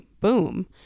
boom